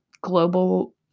global